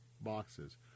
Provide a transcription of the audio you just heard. boxes